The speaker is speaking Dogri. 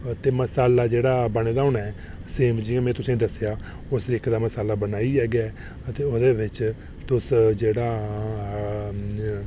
मसाला जेह्ड़ा बने दा होना सेम जि'यां में तुसेंई दस्सेआ उस तरीके दा मसाला बनाइयै गै ते ओह्दे बिच तुस